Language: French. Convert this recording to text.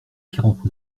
quarante